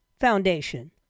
Foundation